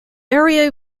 area